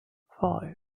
five